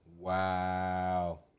Wow